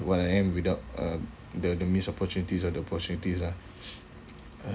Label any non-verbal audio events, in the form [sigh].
what I am without uh the the missed opportunities or the opportunities lah [breath]